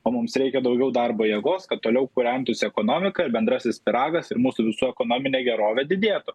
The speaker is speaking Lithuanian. o mums reikia daugiau darbo jėgos kad toliau kūrentųsi ekonomika bendrasis pyragas ir mūsų visų ekonominė gerovė didėtų